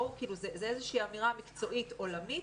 זאת איזושהי אמירה מקצועית עולמית.